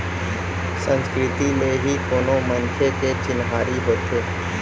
संस्कृति ले ही कोनो मनखे के चिन्हारी होथे